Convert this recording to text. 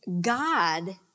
God